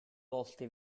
volte